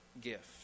gift